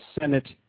Senate